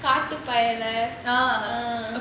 காட்டுபயலே:kaatupayalae uh